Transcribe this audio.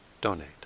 donate